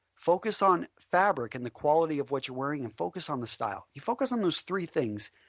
focus on fabric and the quality of what you are wearing and focus on the style. you focus on those three things,